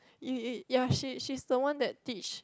y~ y~ ya she she's the one that teach